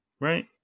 Right